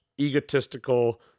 egotistical